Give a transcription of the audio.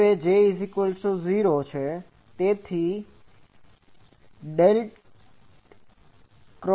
હવે J 0 છે